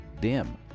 dim